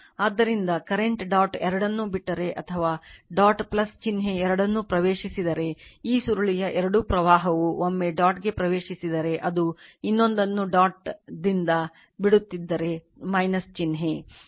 ಆದ್ದರಿಂದ current dot ಎರಡನ್ನೂ ಬಿಟ್ಟರೆ ಅಥವಾ ಡಾಟ್ ಚಿಹ್ನೆ ಎರಡನ್ನೂ ಪ್ರವೇಶಿಸಿದರೆ ಈ ಸುರುಳಿಯ ಎರಡೂ ಪ್ರವಾಹವು ಒಮ್ಮೆ ಡಾಟ್ಗೆ ಪ್ರವೇಶಿಸಿದರೆ ಅದು ಇನ್ನೊಂದನ್ನು ಡಾಟ್ನಿಂದ ಬಿಡುತ್ತಿದ್ದರೆ ಚಿಹ್ನೆ